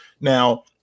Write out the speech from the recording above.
Now